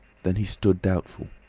then he stood doubtful.